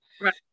Right